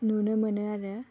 नुनो मोनो आरो